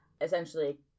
Essentially